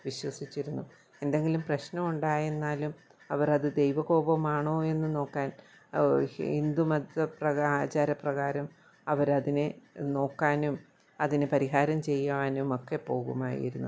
വിശ്വസിച്ചിരുന്നു എന്തെങ്കിലും പ്രശ്നമുണ്ടായിരുന്നാലും അവരത് ദൈവകോപമാണോ എന്ന് നോക്കാൻ ഹിന്ദുമത പ്രകാരം ആചാരപ്രകാരം അവരതിനെ നോക്കാനും അതിന് പരിഹാരം ചെയ്യാനുമൊക്കെ പോകുമായിരുന്നു